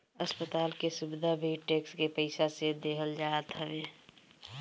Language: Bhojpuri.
अस्पताल के सुविधा भी टेक्स के पईसा से देहल जात हवे